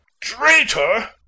Traitor